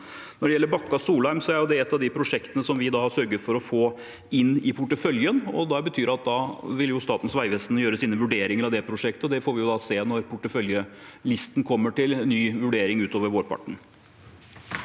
Bakka–Solheim, er det et av de prosjektene som vi har sørget for å få inn i porteføljen. Det betyr at da vil Statens vegvesen gjøre sine vurderinger av det prosjektet, og det får vi se når porteføljelisten kommer til ny vurdering utpå vårparten.